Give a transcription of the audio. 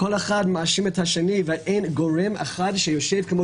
כל אחד מאשים את השני ואין גורם אחד שיושב כמו